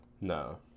No